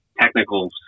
technical